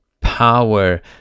power